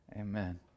amen